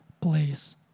place